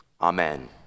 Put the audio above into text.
amen